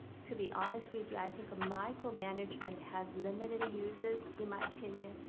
to be honest with you, i think micromanagement has limited uses, in my opinion.